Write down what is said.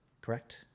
correct